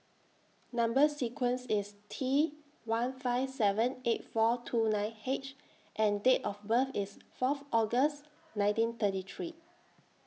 Number sequence IS T one five seven eight four two nine H and Date of birth IS Fourth August nineteen thirty three